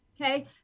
Okay